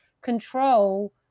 control